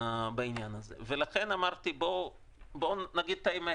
לכן אמרתי, בואו נגיד את האמת: